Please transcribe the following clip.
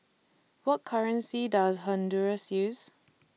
What currency Does Honduras use